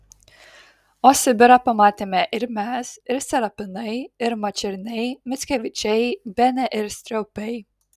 o sibirą pamatėme ir mes ir serapinai ir mačerniai mickevičiai bene ir striaupiai